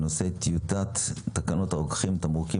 על סדר-היום: טיוטת תקנות הרוקחים (תמרוקים),